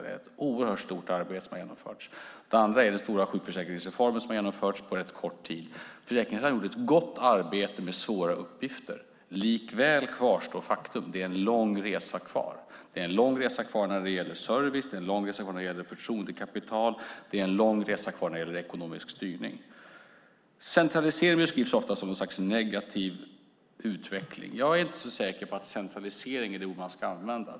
Det är ett oerhört stort arbete som har genomförts. Det andra är det stora sjukförsäkringsreform som har genomförts på rätt kort tid. Försäkringskassan gör ett gott arbete med svåra uppgifter. Likväl kvarstår faktum att det är en lång resa kvar. Det är en lång resa kvar när det gäller service, förtroendekapital, ekonomisk styrning. Centralisering beskrivs ofta som något slags negativ utveckling. Jag är inte säker på att centralisering är det ord man ska använda.